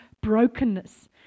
brokenness